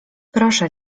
proszę